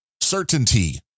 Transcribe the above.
certainty